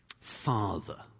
Father